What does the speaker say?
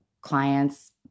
clients